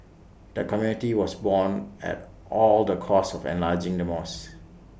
the community was borne at all the costs of enlarging the mosque